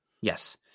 Yes